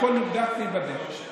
הכול נבדק וייבדק.